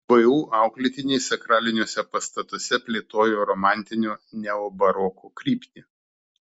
vu auklėtiniai sakraliniuose pastatuose plėtojo romantinio neobaroko kryptį